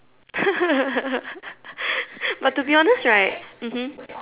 but to be honest right mmhmm